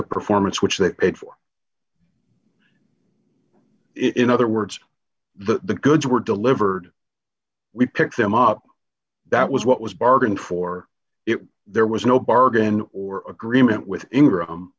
the performance which they paid for it in other words the goods were delivered we picked them up that was what was bargained for it there was no bargain or agreement with ingram